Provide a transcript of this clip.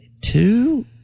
two